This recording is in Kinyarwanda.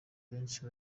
benshi